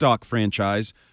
franchise